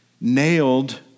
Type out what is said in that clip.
nailed